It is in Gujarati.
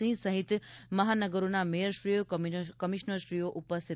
સિંહ સહિત મહાનગરોના મેયરશ્રીઓ કમિશ્નરશ્રીઓ ઉપસ્થિત રહ્યા હતા